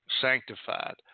sanctified